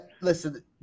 listen